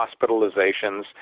hospitalizations